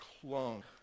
clung